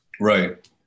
right